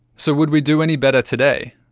so would we do any better today?